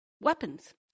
weapons